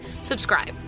subscribe